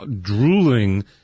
drooling